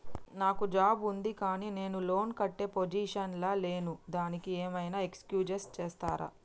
నాకు జాబ్ ఉంది కానీ నేను లోన్ కట్టే పొజిషన్ లా లేను దానికి ఏం ఐనా ఎక్స్క్యూజ్ చేస్తరా?